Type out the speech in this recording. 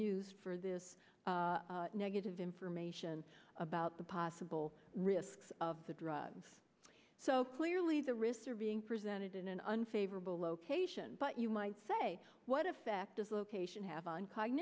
used for this negative information about the possible risks of the drugs so clearly the risks are being presented in an unfavorable location but you might say what effect does location have on